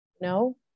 No